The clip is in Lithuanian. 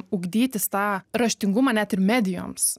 ugdytis tą raštingumą net ir medijoms